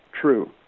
true